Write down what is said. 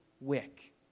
wick